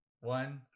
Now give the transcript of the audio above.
One